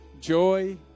joy